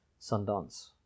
Sundance